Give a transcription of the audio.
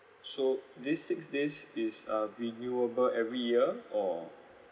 so this six days is uh renewable every year or